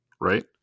Right